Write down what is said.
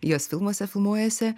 jos filmuose filmuojuosi